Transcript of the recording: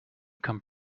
come